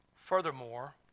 Furthermore